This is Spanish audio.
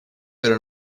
pero